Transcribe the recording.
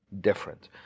different